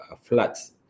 floods